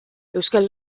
euskal